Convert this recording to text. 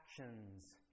actions